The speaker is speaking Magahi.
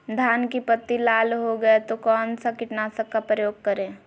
धान की पत्ती लाल हो गए तो कौन सा कीटनाशक का प्रयोग करें?